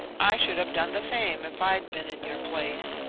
i should have done the same if i'd been in your place.